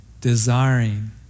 desiring